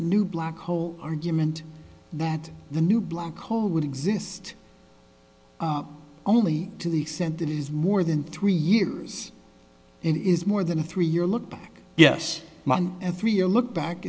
new black hole argument that the new black hole would exist only to the extent that is more than three years and is more than a three year look back yes and three you look back